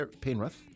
Penrith